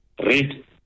Read